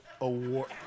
award